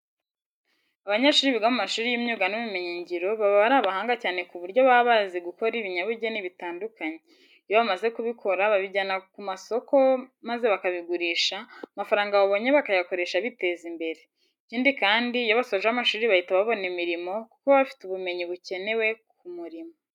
Abanyeshuri biga mu mashuri y'imyuga n'ubumenyingiro baba ari abahanga cyane ku buryo baba bazi gukora ibinyabugeni bitandukanye. Iyo bamaze kubikora babijyana ku masoko maza bakabigurisha, amafaranga babonye bakayakoresha biteza imbere. Ikindi kandi, iyo basoje amashuri bahita babona imirimo kuko baba bafite ubumenyi bukenewe ku murimo.